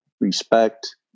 respect